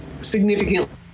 significantly